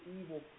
evil